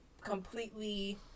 completely